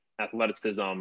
athleticism